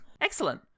Excellent